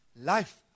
life